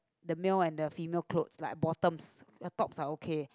the male and the female clothes like bottoms the tops are okay